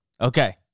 Okay